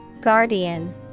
Guardian